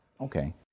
Okay